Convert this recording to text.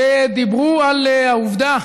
שדיברו על העובדה